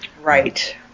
Right